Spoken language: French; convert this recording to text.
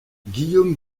guillaume